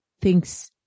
thinks